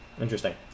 Interesting